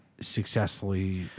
successfully